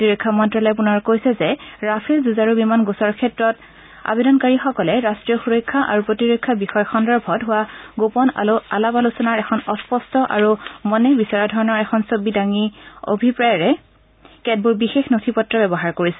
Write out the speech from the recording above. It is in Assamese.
প্ৰতিৰক্ষা মন্ত্যালয়ে পুনৰ কৈছে যে ৰাফেল যুঁজাৰু বিমান গোচৰ ক্ষেত্ৰত আবেদনকাৰীসকলে ৰাট্টীয় সুৰক্ষা আৰু প্ৰতিৰক্ষা বিষয় সন্দৰ্ভত হোৱা গোপন আলাপ আলোচনাৰ এখন অস্পষ্ট আৰু মনে বিচৰাধৰণৰ এখন ছবি দাঙি অভিপ্ৰায়েৰে কেতবোৰ বিশেষ নথি পত্ৰ ব্যৱহাৰ কৰিছে